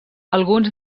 alguns